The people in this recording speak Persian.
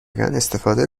استفاده